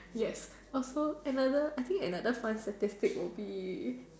yes also another I think another fun statistic would be